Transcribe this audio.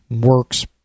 works